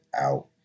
out